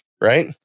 Right